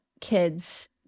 kids